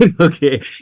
Okay